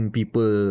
people